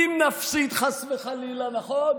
אם נפסיד, חס וחלילה, נכון?